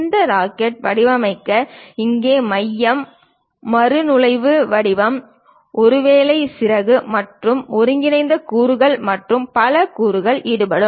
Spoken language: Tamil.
இந்த ராக்கெட்டை வடிவமைக்க இங்கே மையம் மறு நுழைவு வடிவம் ஒருவேளை சிறகு மற்றும் ஒருங்கிணைந்த கூறுகள் மற்றும் பல கூறுகள் ஈடுபடும்